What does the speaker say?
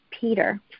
Peter